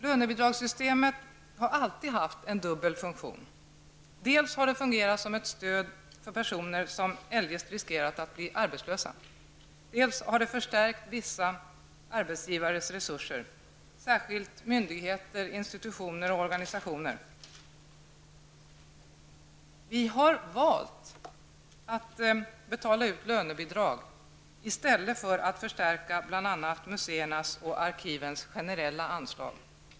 Lönebidragssystemet har alltid haft en dubbel funktion: dels har det fungerat som ett stöd för personer som eljest riskerat att bli arbetslösa, dels har det förstärkt vissa arbetsgivares resurser -- särskilt myndigheters, institutioners och organisationers. Vi har valt att betala ut lönebidrag i stället för att förstärka bl.a. museernas och arkivens generella anslag.